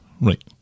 right